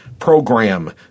Program